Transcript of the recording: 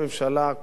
כל שבוע,